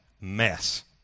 mess